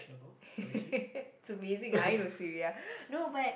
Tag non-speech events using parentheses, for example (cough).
(laughs) it's amazing I know Suria no but